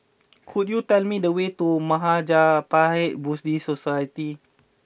could you tell me the way to Mahaprajna Buddhist Society